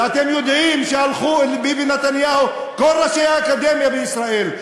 ואתם יודעים שהלכו עם ביבי נתניהו כל ראשי האקדמיה בישראל,